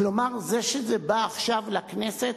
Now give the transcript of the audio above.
כלומר, זה שזה בא עכשיו לכנסת,